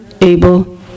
able